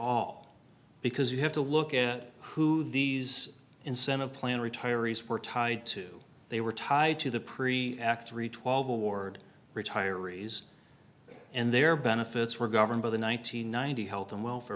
all because you have to look at who these incentive plan retirees were tied to they were tied to the pre act three twelve award retirees and their benefits were governed by the one nine hundred ninety health and welfare